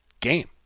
game